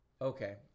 Okay